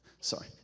Sorry